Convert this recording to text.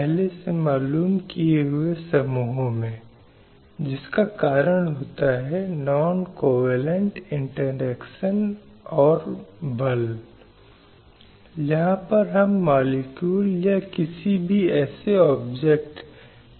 पिछले व्याख्यान में हमने लैंगिक न्याय के प्रति अंतर्राष्ट्रीय दृष्टिकोण पर चर्चा शुरू की थी